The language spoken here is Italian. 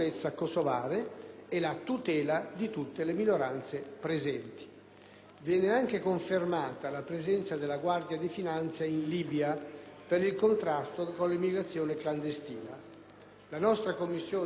Viene anche confermata la presenza della Guardia di finanza in Libia per il contrasto all'immigrazione clandestina. La Commissione affari esteri ha esaminato il disegno di legge di ratifica del Trattato di amicizia,